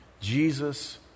Jesus